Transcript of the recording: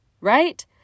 right